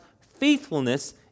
faithfulness